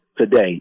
today